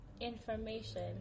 Information